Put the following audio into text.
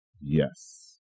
Yes